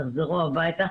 תחזרו הביתה,